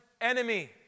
enemy